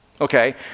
Okay